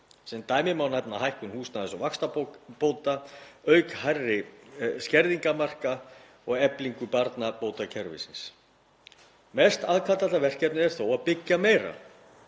Sem dæmi má nefna hækkun húsnæðis- og vaxtabóta auk hærri skerðingarmarka og eflingu barnabótakerfisins. Mest aðkallandi verkefnið er þó að byggja meira